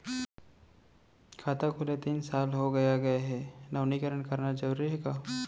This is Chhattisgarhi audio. खाता खुले तीन साल हो गया गये हे नवीनीकरण कराना जरूरी हे का?